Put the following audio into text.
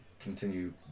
continue